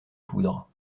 poudre